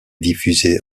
diffusée